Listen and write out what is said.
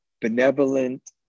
benevolent